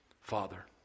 Father